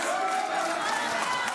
אתה בקריאה שנייה.